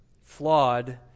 flawed